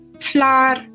flour